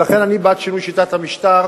ולכן אני בעד שינוי שיטת המשטר,